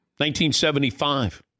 1975